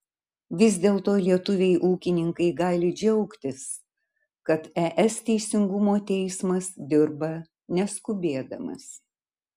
vis dėlto lietuviai ūkininkai gali džiaugtis kad es teisingumo teismas dirba neskubėdamas